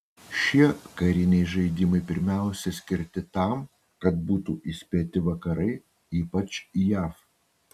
šie kariniai žaidimai pirmiausia skirti tam kad būtų įspėti vakarai ypač jav